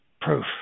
Proof